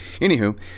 Anywho